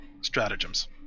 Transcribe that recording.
stratagems